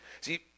See